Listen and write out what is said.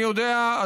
אני יודע,